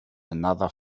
another